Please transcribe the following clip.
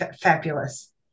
fabulous